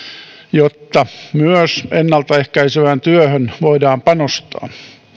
jotta myös ennaltaehkäisevään työhön voidaan panostaa